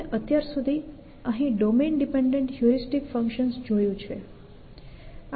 આપણે અત્યાર સુધી અહીં ડોમેન ડિપેન્ડન્ટ હ્યુરિસ્ટિક ફંક્શન્સ જોયું છે